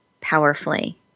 powerfully